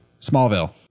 Smallville